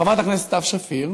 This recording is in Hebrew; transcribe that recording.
חברת הכנסת סתיו שפיר,